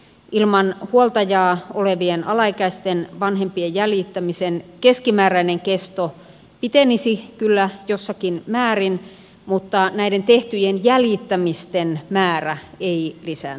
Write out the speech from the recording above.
ilman huoltajaa olevien alaikäisten vanhempien jäljittämisen keskimääräinen kesto pitenisi kyllä jossakin määrin mutta näiden tehtyjen jäljittämisten määrä ei lisääntyisi